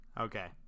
Okay